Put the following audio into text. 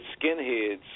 skinheads